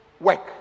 work